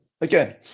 again